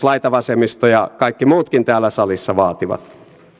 laitavasemmisto ja kaikki muutkin täällä salissa vaativat